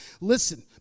Listen